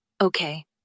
Okay